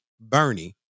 Bernie